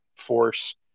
force